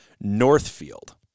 Northfield